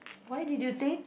why did you take